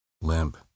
limp